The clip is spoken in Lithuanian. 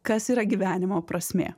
kas yra gyvenimo prasmė